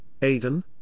Aiden